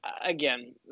again